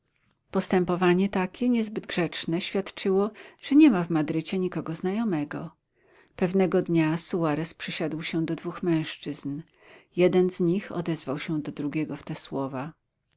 postępowanie takie niezbyt grzeczne świadczyło że nie ma w madrycie nikogo znajomego pewnego dnia suarez przysiadł się do dwóch mężczyzn jeden z nich odezwał się do drugiego w te słowa